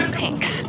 Thanks